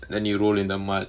then you roll in the mud